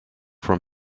from